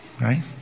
Right